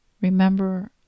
Remember